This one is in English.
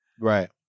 Right